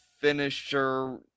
finisher